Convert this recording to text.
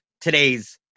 today's